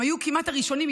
הם היו כמעט הראשונים,